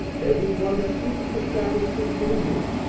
every one that keepeth the sabbath from polluting it,